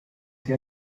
sie